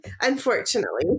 unfortunately